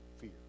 fear